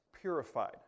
purified